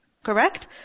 Correct